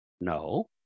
No